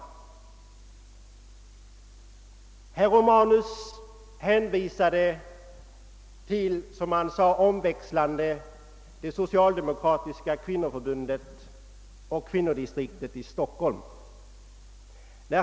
Herr Romanus hänvisade omväxlande till det socialdemokratiska kvinnoförbundet och till kvinnodistriktet i Stockholm.